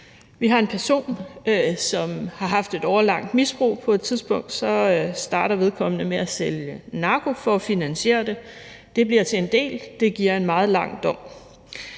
Vi har en person, som har haft et årelangt misbrug. På et tidspunkt starter vedkommende med at sælge narko for at finansiere det. Det bliver til en del, det giver en meget lang dom.